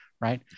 Right